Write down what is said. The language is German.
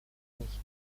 nicht